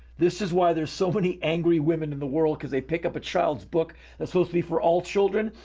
this is why there's so many angry women in the world, cause they pick up a child's book that's supposed to be for all children,